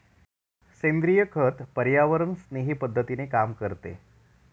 सेंद्रिय खत पर्यावरणस्नेही पद्धतीने काम करते